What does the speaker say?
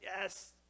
Yes